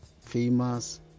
famous